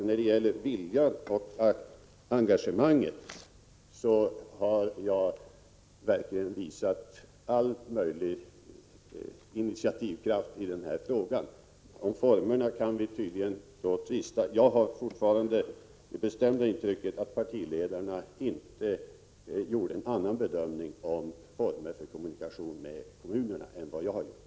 När det gäller viljan och engagemanget har jag alltså verkligen visat all den initiativkraft som varit möjlig i denna fråga. Om formerna kan vi tydligen tvista. Jag har fortfarande det bestämda intrycket att partiledarna inte gjorde en annan bedömning i fråga om former för kommunikation med kommunerna än vad jag har gjort.